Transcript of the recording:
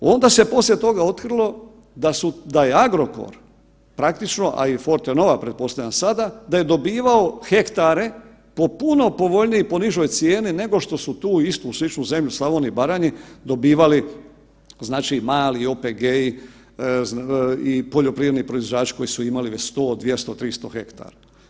Onda se poslije toga otkrilo da je Agrokor praktično, a i Fortenova pretpostavljam sada, da je dobivao hektare po puno povoljnijoj i po nižoj cijeni nego što su tu istu ili sličnu zemlju u Slavoniji ili Baranji dobivali znači mali OPG-i i poljoprivredni proizvođači koji su imali već 100, 200, 300 hektara.